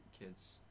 kids